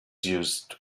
used